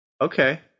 Okay